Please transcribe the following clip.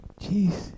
Jeez